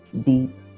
deep